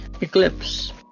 Eclipse